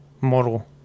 model